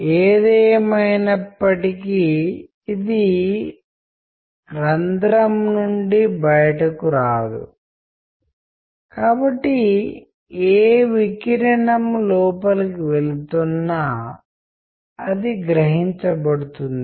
ఇంటర్ప్రిటేషన్లు కూడా సందర్భాన్ని బట్టి మారుతాయి ఒకే వస్తువు అనుకుందాము ఒక సందర్భంలో ఒకలా కనపడుతుంది మరొక సందర్భంలో మరోలా కనబడుతుంది